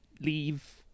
leave